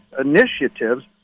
initiatives